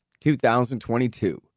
2022